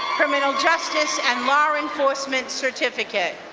criminal justice and law enforcement certificate.